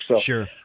Sure